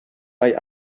bei